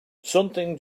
something